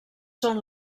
són